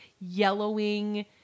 yellowing